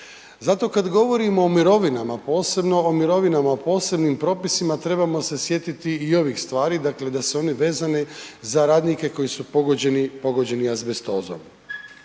Zato kad govorimo o mirovinama, posebno o mirovinama o posebnim propisima trebamo se sjetiti i ovih stvari, dakle da su one vezane za radnike koji su pogođeni azbestozom.